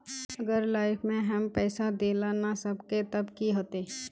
अगर लाइफ में हैम पैसा दे ला ना सकबे तब की होते?